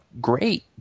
great